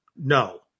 no